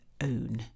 own